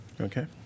Okay